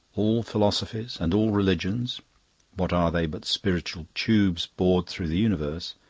all philosophies and all religions what are they but spiritual tubes bored through the universe!